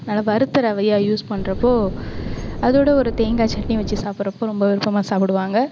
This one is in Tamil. நல்ல வறுத்த ரவையாக யூஸ் பண்ணுறப்போ அதோட ஒரு தேங்காய் சட்னி வச்சு சாப்பிட்றப்போ ரொம்ப விருப்பமாக சாப்பிடுவாங்க